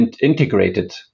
integrated